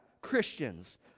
Christians